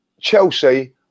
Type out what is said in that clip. Chelsea